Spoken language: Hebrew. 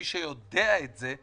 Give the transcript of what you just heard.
מי שיודע את זה,